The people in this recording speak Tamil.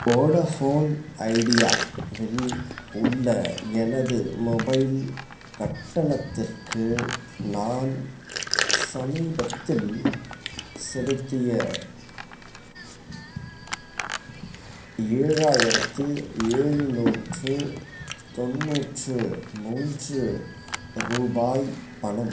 வோடஃபோன் ஐடியாவில் உள்ள எனது மொபைல் கட்டணத்திற்கு நான் சமீபத்தில் செலுத்திய ஏழாயிரத்து எழுநூற்று தொண்ணூற்று மூன்று ரூபாய் பணம்